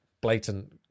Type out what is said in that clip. blatant